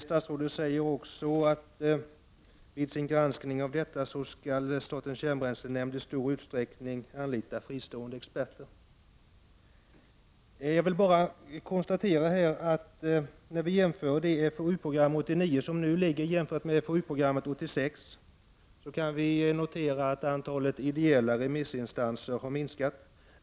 Statsrådet säger också att kärnbränslenämnden vid sin granskning av detta i stor utsträckning skall utnyttja fristående experter. När vi jämför det FoOU-program som nu föreligger med FoU-programmet 1986 kan vi notera att antalet ideella remissinstanser har minskat.